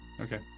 okay